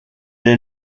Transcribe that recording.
est